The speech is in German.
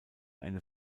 eine